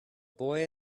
boy